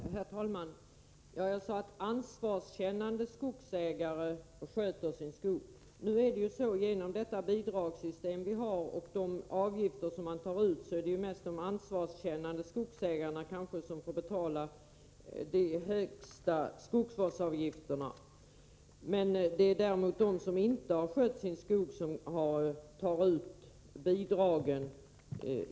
Herr talman! Jag sade att ansvarskännande skogsägare sköter sin skog. Genom detta bidragssystem och de avgifter som tas ut är det framför allt de ansvarskännande skogsägarna som får betala de högsta skogsvårdsavgifterna. De som inte har skött sin skog får däremot bidrag.